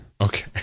Okay